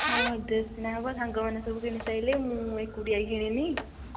ହଁ ଡ୍ରେସ୍ କିଣାହେବ ସାଙ୍ଗମାନେ ସବୁ କିଣି ସାରିଲେଣି ମୁଁ ଏକୁଟିଆ କିଣିନି